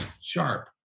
sharp